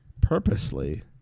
purposely